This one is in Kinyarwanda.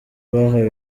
bahawe